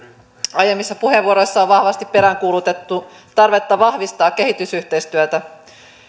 aiemmissa puheenvuoroissa on vahvasti peräänkuulutettu tarvetta vahvistaa kehitysyhteistyötä